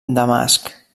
damasc